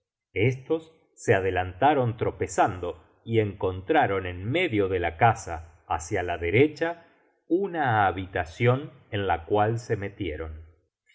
estos se adelantaron tropezando y encontraron en medio de la casa hácia la derecha una habitacion en la cual se metieron